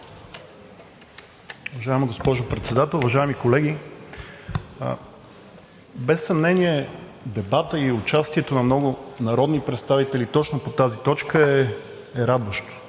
Уважаема госпожо Председател, уважаеми колеги! Без съмнение дебата и участието на много народни представители точно по тази точка е радващо,